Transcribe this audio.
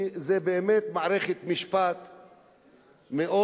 שהיא באמת מערכת משפט לתפארת,